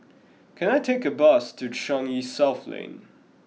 can I take a bus to Changi South Lane